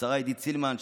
לשרה עידית סילמן,